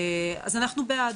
אז אנחנו בעד.